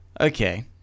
Okay